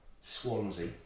Swansea